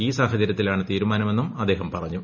ഈ സാഹചര്യത്തിലാണ് തീരുമാനമെന്നും അദ്ദേഹം പറഞ്ഞു